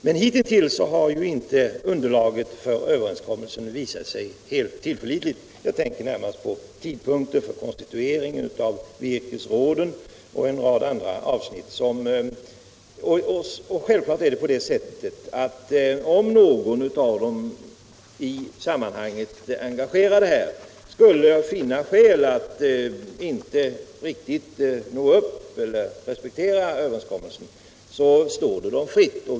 Men hittills har ju inte underlaget för överenskommelsen visat sig vara helt tillförlitligt. Jag tänker närmast på tidpunkten för konstituering av virkesförråden och en rad andra avsnitt. Självfallet är det på det sättet att om någon av de i sammanhanget engagerade skulle finna skäl att inte respektera överenskommelsen, så står det honom fritt.